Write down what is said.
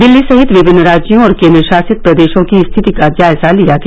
दिल्ली सहित विभिन्न राज्यों और केंद्र शासित प्रदेशों की स्थिति का जायजा लिया गया